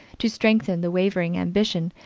to strengthen the wavering ambition,